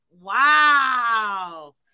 Wow